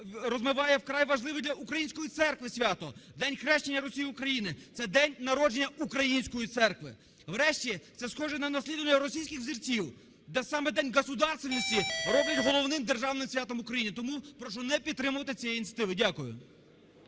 розвиває вкрай важливий для української церкви свято – День хрещення Русі України, це день народження української церкви. Врешті це схоже на наслідування російських взірців, де саме День государственности роблять головним державним святом в Україні. Тому прошу не підтримувати цієї ініціативи. Дякую.